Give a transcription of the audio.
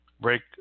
Break